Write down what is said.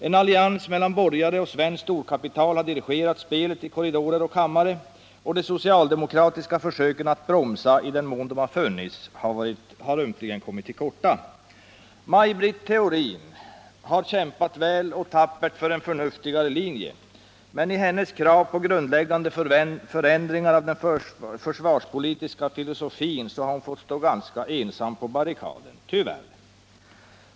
En allians mellan borgare och svenskt storkapital har dirigerat spelet i korridorer och kammare, och de socialdemokratiska försöken att bromsa detta — i den mån de har funnits — har ömkligen kommit till korta. Maj Britt Theorin har visserligen kämpat väl och tappert för en förnuftigare linje, men i sina krav på grundläggande förändringar av den försvarspolitiska filosofin har hon fått kämpa ganska ensam på barrikaderna — tyvärr.